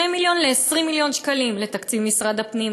מיליון ל-20 מיליון שקלים לתקציב משרד הפנים,